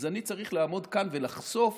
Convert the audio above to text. אז אני צריך לעמוד כאן ולחשוף